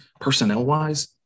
personnel-wise